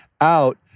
out